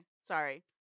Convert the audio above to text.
Sorry